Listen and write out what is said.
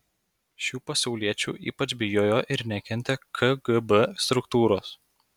šių pasauliečių ypač bijojo ir nekentė kgb struktūros